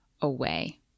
away